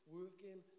working